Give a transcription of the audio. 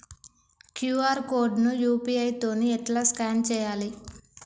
QR code ని UPI తోని ఎట్లా స్కాన్ చేయాలి?